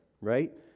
right